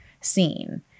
scene